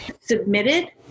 submitted